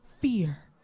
fear